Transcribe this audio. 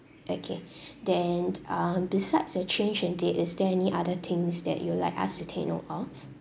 okay then um besides the change in date is there any other things that you would like us to take note of